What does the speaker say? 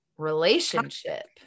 relationship